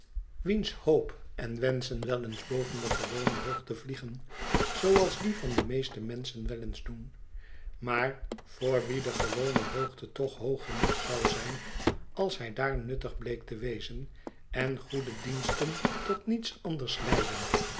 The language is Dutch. zooals die van de meeste menschen wel eens doen maar voor wien de gewone hoogte toch hoog genoeg zou zijn als hij daar nuttig bleek te wezen en goede diensten tot niets anders leidden